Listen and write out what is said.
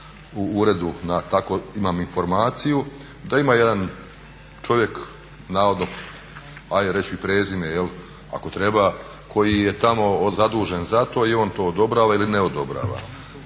u uredu, imam takvu informaciju, da ima jedan čovjek navodno, ajde reći ću i prezime ako treba koji je tamo zadužen za to i on to odobrava ili ne odobrava.